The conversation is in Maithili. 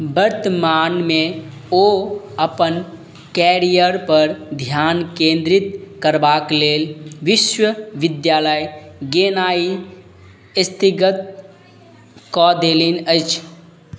बर्तमानमे ओ अपन कैरियर पर धिआन केन्द्रित करबाक लेल विश्वविद्यालय गेनाइ स्थगत कऽ देलनि अछि